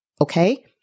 Okay